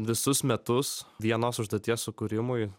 visus metus vienos užduoties sukūrimui